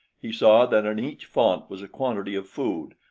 he saw that in each font was a quantity of food,